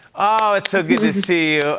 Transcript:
oh! it's so good to see you.